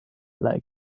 leg